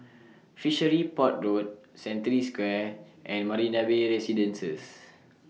Fishery Port Road Century Square and Marina Bay Residences